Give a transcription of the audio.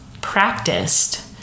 practiced